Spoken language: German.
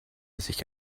sich